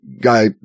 guy